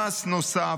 מס נוסף,